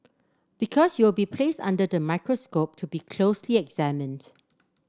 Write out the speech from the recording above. because you will be placed under the microscope to be closely examined